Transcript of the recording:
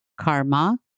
karma